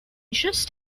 just